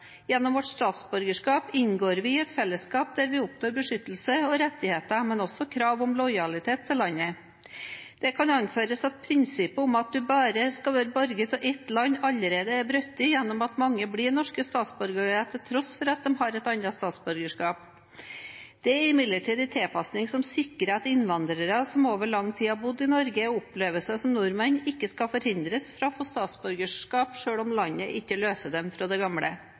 Gjennom vårt statsborgerskap inngår vi i et fellesskap hvor vi oppnår beskyttelse og rettigheter, men også med krav om lojalitet til landet. Det kan anføres at prinsippet om at man bare kan være borger av ett land, allerede er brutt ved at mange blir norske statsborgere til tross for at de også har et annet statsborgerskap. Det er imidlertid en tilpassing som sikrer at innvandrere som over lang tid har bodd i Norge, og som opplever seg som nordmenn, ikke skal forhindres fra å få statsborgerskap sjøl om deres hjemland ikke løser dem fra deres gamle. Det